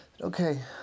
Okay